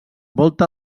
volta